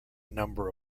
number